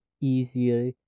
easier